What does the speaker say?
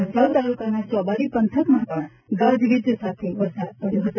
ભચાઉ તાલુકાના ચોબારી પંથકમાં પણ ગાજવીજ સાથે વરસાદ પડયો હતો